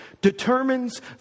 determines